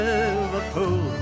Liverpool